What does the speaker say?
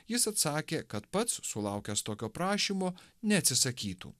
jis atsakė kad pats sulaukęs tokio prašymo neatsisakytų